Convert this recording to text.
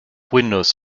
windows